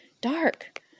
Dark